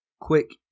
quick